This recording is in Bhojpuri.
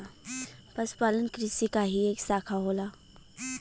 पशुपालन कृषि क ही एक साखा होला